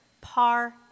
par